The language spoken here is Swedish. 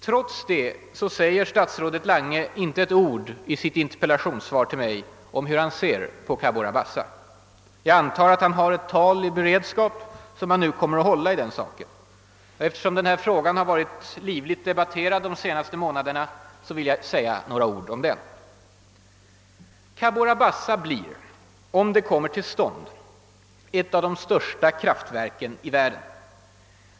Trots detta säger statsrådet Lange inte ett ord i sitt interpellationssvar till mig om hur han ser på Cabora Bassa, jag antar att han har ett tal i beredskap som han nu kommer att hålla. Eftersom denna fråga varit så livligt debatterad de senaste månaderna vill jag säga några ord om den. Cabora Bassa blir, om det kommer till stånd, ett av de största kraftverken i världen.